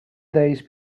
days